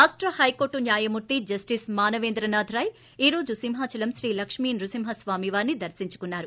రాష్ట హైకోర్లు న్యాయమూర్తి జస్లిస్ మానవేంద్రనాథ్ రాయ్ ఈ రోజు సింహాచలం శ్రీ లక్ష్మీ నృసింహ స్వామివారిని దర్తించుకున్నారు